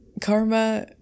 Karma